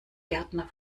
gärtner